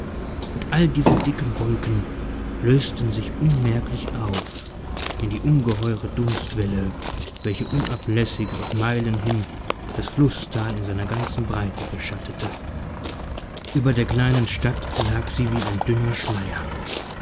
und all diese dicken wolken lösten sich unmerklich auf in die ungeheure dunstwelle welche unablässig auf meilen hin das flußtal in seiner ganzen breite beschattete ueber der kleinen stadt lag sie wie ein dünner schleier